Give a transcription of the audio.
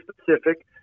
specific